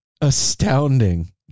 astounding